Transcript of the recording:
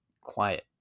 quiet